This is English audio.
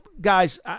guys